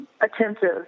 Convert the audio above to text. attentive